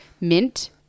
Mint